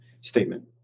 statement